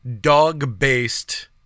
dog-based